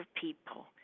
people